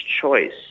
choice